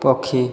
ପକ୍ଷୀ